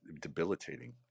debilitating